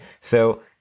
So-